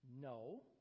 No